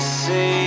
see